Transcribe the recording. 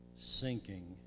sinking